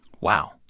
Wow